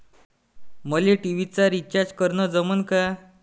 मले टी.व्ही चा रिचार्ज करन जमन का?